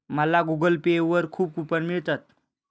मला Google Pay वर खूप कूपन मिळतात